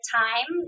time